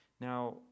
Now